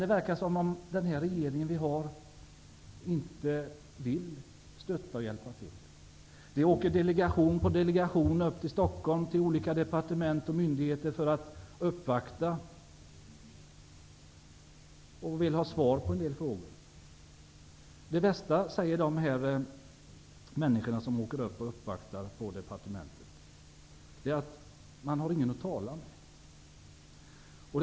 Det verkar som om regeringen inte vill stötta och hjälpa till. Delegation på delegation åker till olika departement och myndigheter i Stockholm för att uppvakta och få svar på en del frågor. De människor som åker för att uppvakta på departementen säger att det värsta är att de inte har någon att tala med.